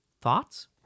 Thoughts